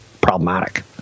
problematic